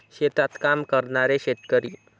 शेतात काम करणारे शेतकरी